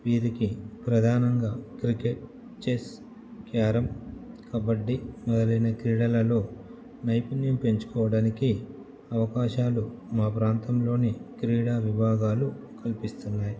వీరికి ప్రధానంగా cricket chess carrom kabaddi మొదలైన క్రీడలలో నైపుణ్యం పెంచుకోవడానికి అవకాశాలు మా ప్రాంతంలోని క్రీడా విభాగాలు కల్పిస్తున్నాయి